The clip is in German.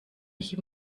ich